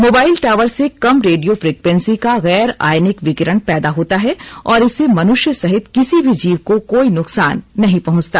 mobile tower से कम radio frequency का गैर आयनिक विकिरण पैदा होता है और इससे मनुष्य सहित किसी भी जीव को कोई नुकसान नहीं पंहचता